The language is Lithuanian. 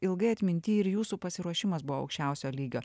ilgai atminty ir jūsų pasiruošimas buvo aukščiausio lygio